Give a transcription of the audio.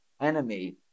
enemy